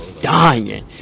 dying